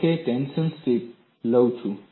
ધારો કે હું ટેન્શન સ્ટ્રીપ લઉં છું